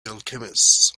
alchemists